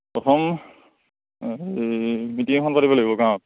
প্ৰথম মিটিং এখন পাতিব লাগিব গাঁৱত